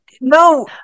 no